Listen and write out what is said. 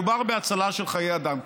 מדובר בהצלה של חיי אדם.